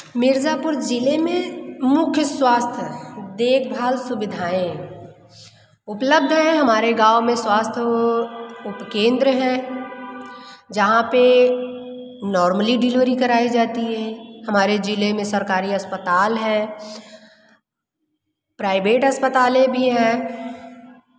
मिर्ज़ापुर ज़िले में मुख्य स्वास्थ्य देखभाल सुविधाएँ उपलब्ध है हमारे गाँव में स्वास्थ्य उपकेंद्र है जहाँ पर नॉर्मली डिलीवरी कराई जाती है हमारे ज़िले में सरकारी अस्पताल है प्राइवेट अस्पतालें भी हैं